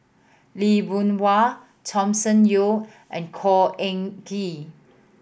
Lee Boon Wang Thomas Yeo and Khor Ean Ghee